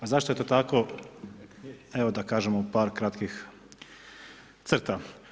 A zašto je to tako, evo da kažem u par kratkih crta.